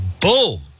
boom